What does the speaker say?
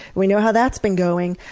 we know how that's been going!